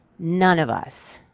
none of us,